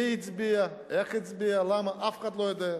מי הצביע, איך הצביע ולמה, אף אחד לא יודע.